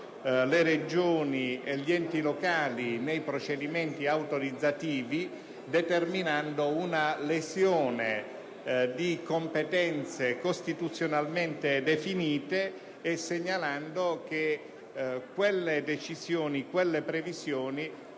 le Regioni e gli enti locali nei procedimenti autorizzativi determineranno una lesione di competenze costituzionamente definite. Segnalo altresì che tali previsioni